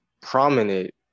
prominent